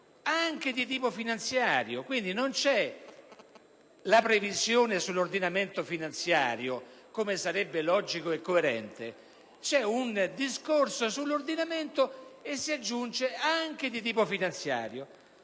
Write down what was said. anche di tipo finanziario. Non c'è quindi la previsione sull'ordinamento finanziario, come sarebbe logico e coerente, ma c'è un discorso sull'ordinamento e - si aggiunge - anche di tipo finanziario.